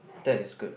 that is good